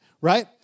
Right